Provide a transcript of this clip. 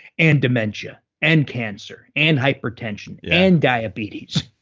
and dementia, and cancer, and hypertension, and diabetes.